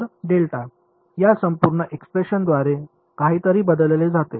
तर या संपूर्ण एक्सप्रेशनद्वारे काहीतरी बदलले जाते